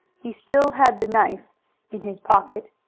he still had the knife in his pocket.